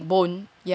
yes correct